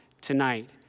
tonight